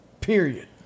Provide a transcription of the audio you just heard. Period